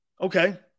Okay